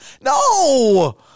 No